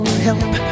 help